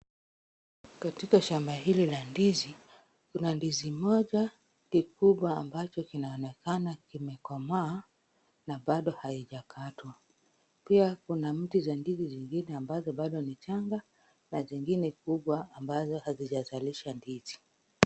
Katika shamba hili la ndizi, kuna ndizi moja kikubwa ambacho kinaonekana kimekomaa na bado haijakatwa. Pia kuna mti za ndizi zingine ambazo bado ni changa na zingine kubwa ambazo hazijazalisha ndizi.